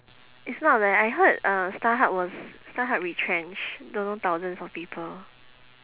it's not leh I heard uh starhub was starhub retrenched don't know thousands of people